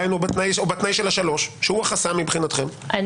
או בתנאי של ה-3 שהוא החסם מבחינתכם,